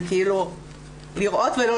זה כאילו לראות ולא להאמין.